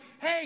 hey